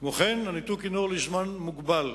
כמו כן, הניתוק הינו לזמן מוגבל,